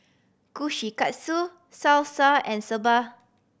Kushikatsu Salsa and Soba